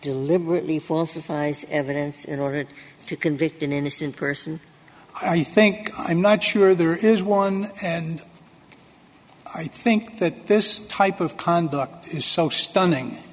deliberately falsify evidence in order to convict an innocent person i think i'm not sure there is one and i think that this type of conduct is so stunning